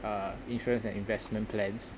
uh insurance and investment plans